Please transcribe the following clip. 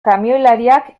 kamioilariak